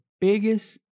biggest